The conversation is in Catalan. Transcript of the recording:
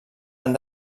han